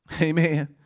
amen